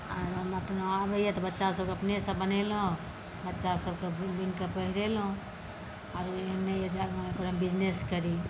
आर हमरा आबैया तऽ बच्चा सभकेँ हम अपनेसँ बनेलहुँ बच्चासभकेँ बुनि बुनिके पहिरेलहुँ आरो एहन नहि यऽ जे एकर हम बिजनेस करी